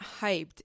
hyped